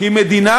היא מדינה